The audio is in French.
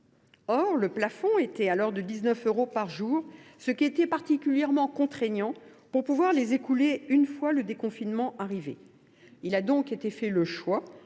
Or le plafond était alors de 19 euros par jour, ce qui était particulièrement contraignant pour les écouler une fois le déconfinement arrivé. Il a donc été décidé